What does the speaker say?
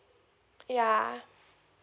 yeah